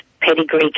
pedigree